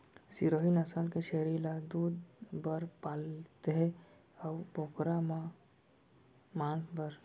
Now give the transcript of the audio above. सिरोही नसल के छेरी ल दूद बर पालथें अउ बोकरा ल मांस बर